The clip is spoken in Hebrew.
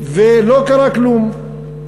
ולא קרה כלום.